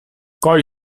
kaj